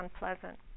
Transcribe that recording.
unpleasant